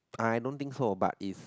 I don't think so but if